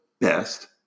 best